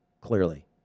clearly